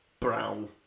Brown